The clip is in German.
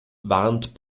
warnt